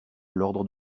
l’ordre